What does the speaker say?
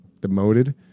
demoted